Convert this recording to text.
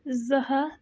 زٕ ہَتھ